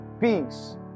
peace